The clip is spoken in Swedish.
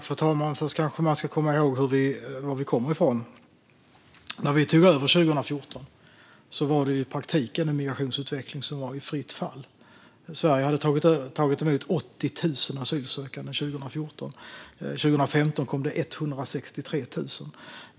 Fru talman! Låt oss komma ihåg var vi kommer ifrån. När vi tog över 2014 var migrationsutvecklingen i praktiken i fritt fall. Sverige hade tagit emot 80 000 asylsökande 2014. År 2015 kom det 163 000.